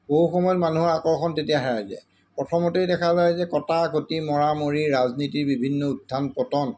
বহু সময়ত মানুহৰ আকৰ্ষণ তেতিয়া হেৰাই যায় প্ৰথমতেই দেখা যায় যে কটা কটি মৰা মৰি ৰাজনীতিৰ বিভিন্ন উত্থান পতন